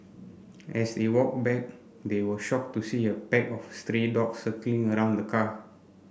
as they walked back they were shocked to see a pack of dogs circling around the car